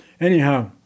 Anyhow